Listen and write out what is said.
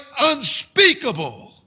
unspeakable